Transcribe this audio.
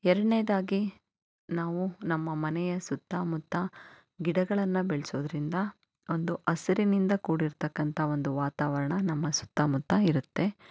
ಎರಡನೇದಾಗಿ ನಾವು ನಮ್ಮ ಮನೆಯ ಸುತ್ತಮುತ್ತ ಗಿಡಗಳನ್ನು ಬೆಳೆಸೋದ್ರಿಂದ ಒಂದು ಹಸಿರಿನಿಂದ ಕೂಡಿರ್ತಕ್ಕಂಥ ಒಂದು ವಾತಾವರಣ ನಮ್ಮ ಸುತ್ತಮುತ್ತ ಇರುತ್ತೆ